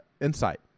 Insight